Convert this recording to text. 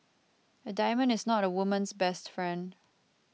a diamond is not a woman's best friend